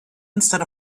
instead